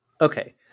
okay